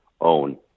own